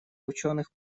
учёных